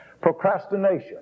Procrastination